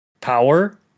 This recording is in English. power